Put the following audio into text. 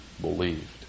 believed